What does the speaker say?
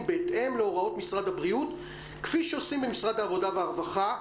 בהתאם להוראות משרד הבריאות כפי שעושים במשרד העבודה והרווחה.